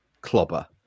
clobber